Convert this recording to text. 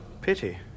Pity